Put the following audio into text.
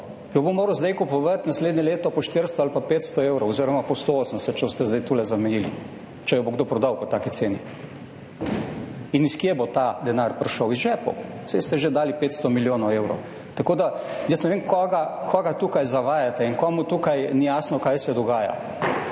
jo bo moral zdaj kupovati naslednje leto po 400 ali pa 500 evrov oziroma po 180, če boste zdaj tule zamejili, če jo bo kdo prodal po taki ceni. In iz kje bo ta denar prišel? Iz žepov, saj ste že dali 500 milijonov evrov. Tako da jaz ne vem koga, koga tukaj zavajate in komu tukaj ni jasno kaj se dogaja.